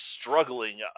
struggling